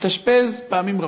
מתאשפז פעמים רבות.